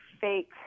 fake